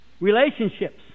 Relationships